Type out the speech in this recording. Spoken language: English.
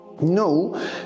No